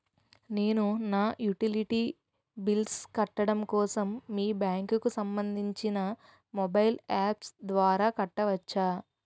నేను నా utility bills కట్టడం కోసం మీ బ్యాంక్ కి సంబందించిన మొబైల్ అప్స్ ద్వారా కట్టవచ్చా?